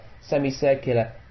semicircular